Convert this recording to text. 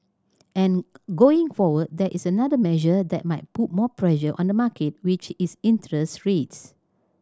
and going forward there is another measure that might put more pressure on the market which is interest rates